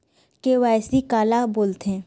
KYC काला बोलथें?